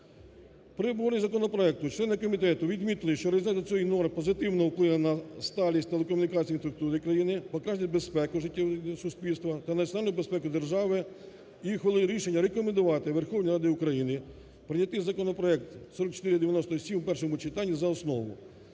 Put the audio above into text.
При обговоренні законопроекту члени комітету відмітили, що розгляд цієї норми позитивно вплине на сталість телекомунікацій інфраструктури країни, покращить безпеку життєдіяльності суспільства та національну безпеку держави і ухвалили рішення рекомендувати Верховній Раді України прийняти законопроект 4497 в першому читанні за основу.